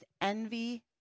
envy